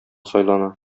сайлана